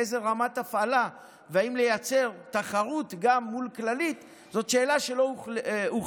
איזה רמת הפעלה ואם לייצר תחרות גם מול הכללית זאת שאלה שלא הוכרעה.